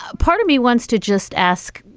ah part of me wants to just ask,